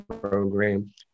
program